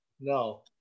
No